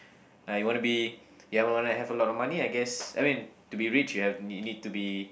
like you wanna be you wanna have a lot of money I guess I mean to be rich you have need need to be